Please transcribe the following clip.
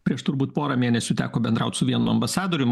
prieš turbūt porą mėnesių teko bendraut su vienu ambasadorium